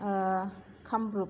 Kamrup